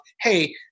hey